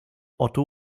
otto